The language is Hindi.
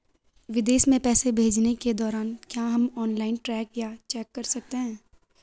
विदेश में पैसे भेजने के दौरान क्या हम ऑनलाइन ट्रैक या चेक कर सकते हैं?